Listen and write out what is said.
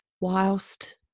whilst